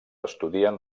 estudien